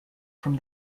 from